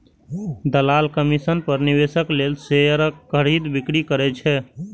दलाल कमीशन पर निवेशक लेल शेयरक खरीद, बिक्री करै छै